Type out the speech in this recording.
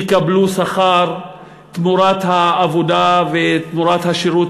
יקבלו שכר תמורת העבודה ותמורת השירות,